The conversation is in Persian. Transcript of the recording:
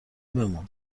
بمون